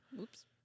Oops